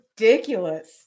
ridiculous